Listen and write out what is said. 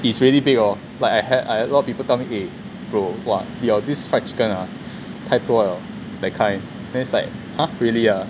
it's really big hor like I had I had a lot of people tell me eh bro !wah! your this fried chicken ah 太多了 that kind then it's like !huh! like really ah